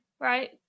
right